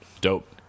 Dope